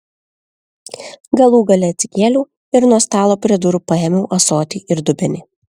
galų gale atsikėliau ir nuo stalo prie durų paėmiau ąsotį ir dubenį